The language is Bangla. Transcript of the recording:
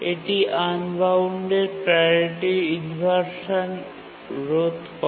এটি আনবাউন্দেদ প্রাওরিটি ইনভারসান রোধ করে